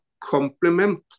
complement